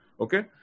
Okay